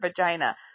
vagina